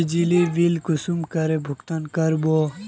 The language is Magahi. बिजली बिल कुंसम करे भुगतान कर बो?